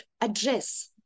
address